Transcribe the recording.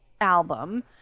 album